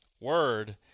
word